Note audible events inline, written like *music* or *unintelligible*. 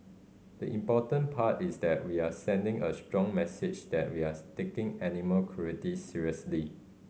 the important part is that we are sending a strong message that we are *unintelligible* taking animal cruelty seriously